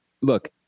Look